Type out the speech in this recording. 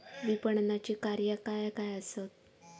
विपणनाची कार्या काय काय आसत?